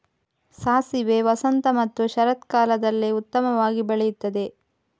ಸಾಸಿವೆ ವಸಂತ ಮತ್ತು ಶರತ್ಕಾಲದಲ್ಲಿ ಉತ್ತಮವಾಗಿ ಬೆಳೆಯುತ್ತದೆ